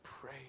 pray